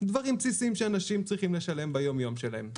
דברים בסיסיים שאנשים צריכים לשלם ביום יום שלהם.